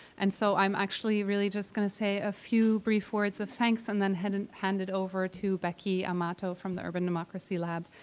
and so i'm actually really just gonna say a few brief words of thanks and then hand and hand it over to becky amato from the urban democracy lab.